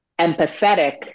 empathetic